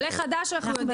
עולה חדש אנחנו יודעים,